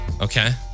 Okay